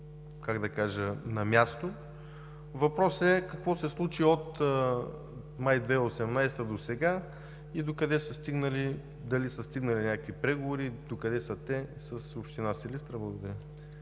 как да кажа – на място. Въпросът е: какво се случи от месец май 2018 г. досега и дали са стигнали някакви преговори, докъде са те с община Силистра. Благодаря.